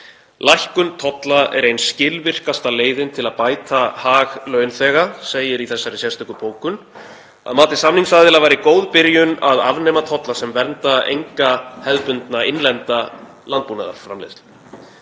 Lækkun tolla er ein skilvirkasta leiðin til að bæta hag launþega, segir í þessari sérstöku bókun. Að mati samningsaðila væri góð byrjun að afnema tolla sem vernda enga hefðbundna innlenda landbúnaðarframleiðslu.